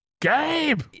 Gabe